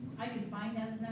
i could find